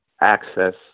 access